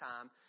time